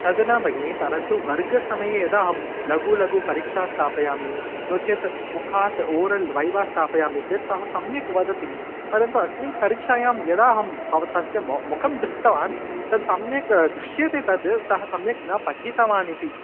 तत् न भगिनी परन्तु वर्गसमये यदा अहं लघुलघुपरीक्षा स्थापयामि नो चेत् मुखात् ओरल् वैवा स्थापयामि चेत् सः सम्यक् वदति परन्तु अस्मिन् परीक्षायां यदा अहम् भवतश्च मौ मुखं दृष्टवान् तत् सम्यक् दृश्यते तत् सः सम्यक् न पठितवान् इति